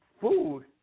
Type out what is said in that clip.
food